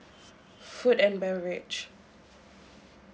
food and beverage